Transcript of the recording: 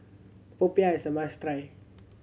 popiah is a must try